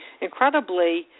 incredibly